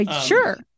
Sure